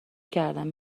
کردم